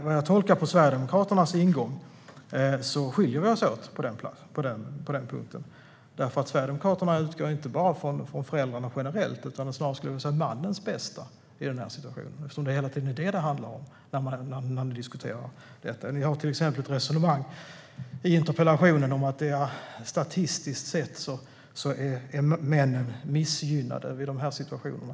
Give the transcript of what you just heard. Som jag tolkar Sverigedemokraternas ingång skiljer vi oss åt på den punkten. Sverigedemokraterna utgår inte bara från föräldrarna generellt utan snarare från mannens bästa i den här situationen, eftersom det hela tiden är det som det handlar om när man diskuterar detta. Ni har till exempel ett resonemang i interpellationen om att statistiskt sett är männen missgynnade i de här situationerna.